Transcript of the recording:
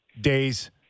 days